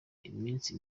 iminsi